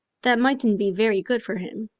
that mightn't be very good for him.